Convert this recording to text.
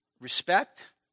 respect